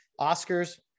Oscars